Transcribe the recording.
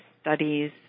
studies